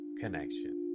connection